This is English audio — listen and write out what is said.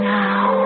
now